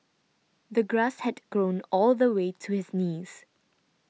the grass had grown all the way to his knees